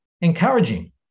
Encouraging